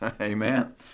amen